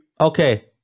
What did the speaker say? Okay